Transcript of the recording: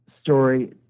story